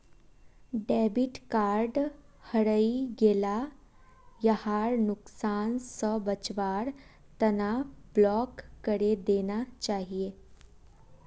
debit card हरई गेला यहार नुकसान स बचवार तना ब्लॉक करे देना चाहिए